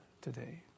today